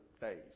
days